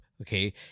Okay